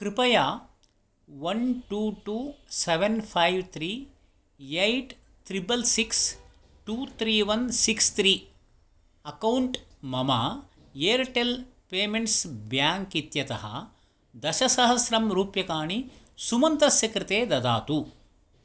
कृपया one two two seven five three eight triple six two three one six three account मम Airtel payments bank इत्यतः दशसहस्रं रूप्यकाणि सुमन्त्रस्य कृते ददातु